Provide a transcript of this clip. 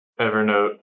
Evernote